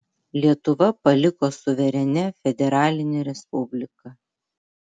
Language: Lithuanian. lietuva paliko suverenia federaline respublika